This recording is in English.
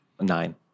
Nine